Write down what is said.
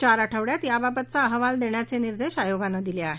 चार आठवड्यात याबाबतचा अहवाल देण्याचे निर्देश आयोगानं दिले आहेत